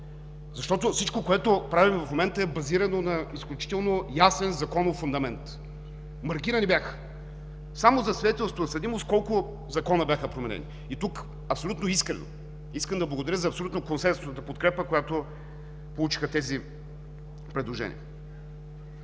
защото всичко, което правим в момента, е базирано на изключително ясен законов фундамент. Маркирано беше само за свидетелството за съдимост колко закона бяха променени. И тук абсолютно искрено искам да благодаря за абсолютно консенсусната подкрепа, която получиха тези предложения.